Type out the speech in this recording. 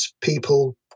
people